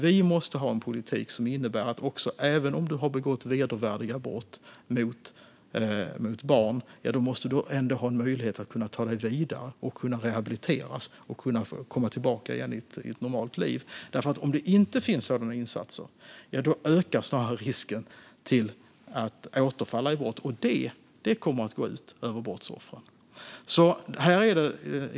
Vi måste ha en politik som innebär att man, även om man har begått vedervärdiga brott mot barn, ändå måste ha en möjlighet att ta sig vidare, rehabiliteras och komma tillbaka till ett normalt liv. Om det inte finns sådana insatser ökar risken att återfalla i brott, och detta kommer att gå ut över brottsoffren.